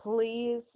please